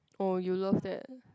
oh you love that